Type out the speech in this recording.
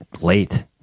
late